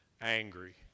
angry